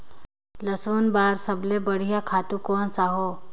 लसुन बार सबले बढ़िया खातु कोन सा हो?